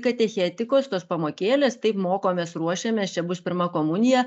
katechetikos tos pamokėlės taip mokomės ruošiamės čia bus pirma komunija